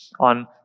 on